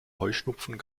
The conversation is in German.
heuschnupfen